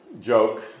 joke